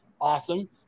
awesome